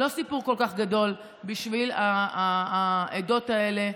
זה לא סיפור כל כך גדול בשביל העדות האלה,